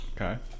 Okay